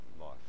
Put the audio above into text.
life